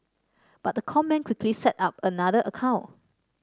but the con man quickly set up another account